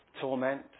torment